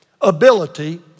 ability